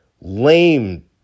lame